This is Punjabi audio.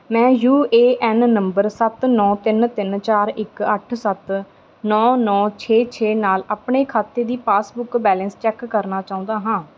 ਮੈਂ ਯੂ ਏ ਐਨ ਨੰਬਰ ਸੱਤ ਨੌਂ ਤਿੰਨ ਤਿੰਨ ਚਾਰ ਇੱਕ ਅੱਠ ਸੱਤ ਨੌਂ ਨੌਂ ਛੇ ਛੇ ਨਾਲ ਆਪਣੇ ਖਾਤੇ ਦੀ ਪਾਸਬੁੱਕ ਬੈਲੇਂਸ ਚੈੱਕ ਕਰਨਾ ਚਾਹੁੰਦਾ ਹਾਂ